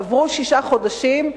עברו שישה חודשים,